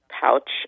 pouch